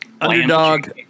underdog